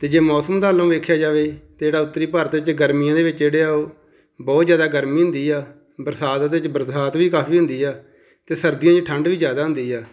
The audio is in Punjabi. ਅਤੇ ਜੇ ਮੌਸਮ ਵੱਲੋਂ ਵੇਖਿਆ ਜਾਵੇ ਤਾਂ ਜਿਹੜਾ ਉੱਤਰੀ ਭਾਰਤ ਵਿੱਚ ਗਰਮੀਆਂ ਦੇ ਵਿੱਚ ਜਿਹੜੇ ਆ ਉਹ ਬਹੁਤ ਜ਼ਿਆਦਾ ਗਰਮੀ ਹੁੰਦੀ ਆ ਬਰਸਾਤ ਉਹਦੇ 'ਚ ਬਰਸਾਤ ਵੀ ਕਾਫੀ ਹੁੰਦੀ ਆ ਅਤੇ ਸਰਦੀਆਂ 'ਚ ਠੰਡ ਵੀ ਜ਼ਿਆਦਾ ਹੁੰਦੀ ਆ